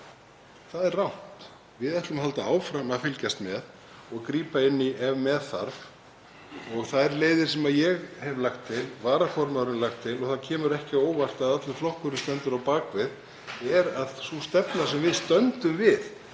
það er rangt. Við ætlum að halda áfram að fylgjast með og grípa inn í ef með þarf. Þær leiðir sem ég hef lagt til, sem varaformaðurinn hefur lagt til, og það kemur ekki á óvart að allur flokkurinn stendur á bak við, er að sú stefna sem við stöndum við